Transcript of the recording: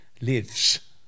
lives